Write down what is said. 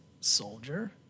soldier